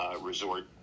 Resort